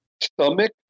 stomach